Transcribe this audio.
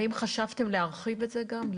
האם חשבתם גם להרחיב את זה?